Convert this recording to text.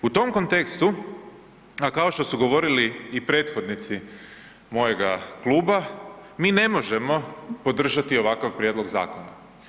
U tom kontekstu, a kao što su govorili i prethodnici mojega kluba, mi ne možemo podržati ovakav prijedlog zakona.